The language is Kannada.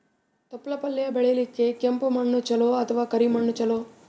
ತೊಪ್ಲಪಲ್ಯ ಬೆಳೆಯಲಿಕ ಕೆಂಪು ಮಣ್ಣು ಚಲೋ ಅಥವ ಕರಿ ಮಣ್ಣು ಚಲೋ?